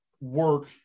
work